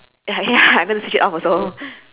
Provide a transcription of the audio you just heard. ya ya I'm gonna switch it off also